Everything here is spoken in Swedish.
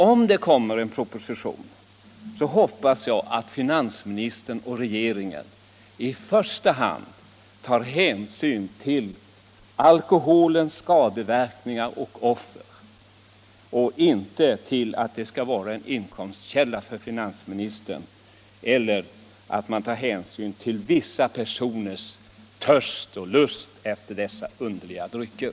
; Om det nu läggs fram en proposition, så hoppas jag att finansministern och regeringen i första hand tar hänsyn till alkoholens skadeverkningar och offer och inte ser det så att alkoholen skall vara en inkomstkälla för finansministern, lika litet som hänsyn tas till vissa personers törst och lust efter dessa underliga drycker.